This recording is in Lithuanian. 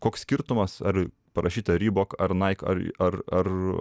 koks skirtumas ar parašyta ribok ar naik ar ar ar